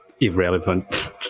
irrelevant